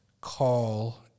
call